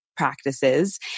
practices